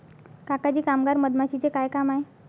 काका जी कामगार मधमाशीचे काय काम आहे